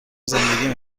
زندگی